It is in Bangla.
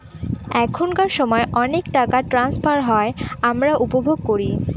এখনকার সময় অনেক টাকা ট্রান্সফার হয় আমরা উপভোগ করি